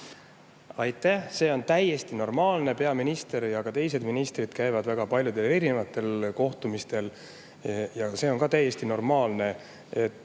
Aitäh! See on täiesti normaalne. Peaminister ja teised ministrid käivad väga paljudel kohtumistel. Ka see on täiesti normaalne, et